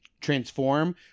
transform